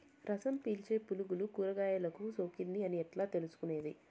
రసం పీల్చే పులుగులు కూరగాయలు కు సోకింది అని ఎట్లా తెలుసుకునేది?